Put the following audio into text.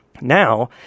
Now